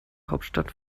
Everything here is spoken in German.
hauptstadt